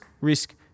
risk